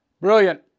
Brilliant